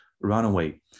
runaway